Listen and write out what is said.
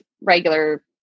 regular